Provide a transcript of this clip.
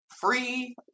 free